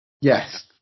Yes